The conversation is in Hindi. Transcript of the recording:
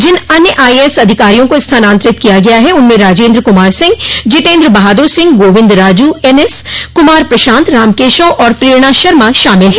जिन अन्य आईएएस अधिकारियों को स्थानान्तरित किया गया है उनमे राजेन्द्र कुमार सिंह जितेन्द्र बहादुर सिंह गोविन्द राजू एनएस कुमार प्रशान्त राम केशव और प्रेरणा शर्मा शामिल हैं